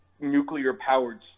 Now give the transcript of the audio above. nuclear-powered